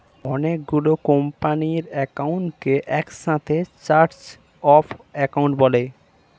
অনেক গুলো কোম্পানির অ্যাকাউন্টকে একসাথে চার্ট অফ অ্যাকাউন্ট বলে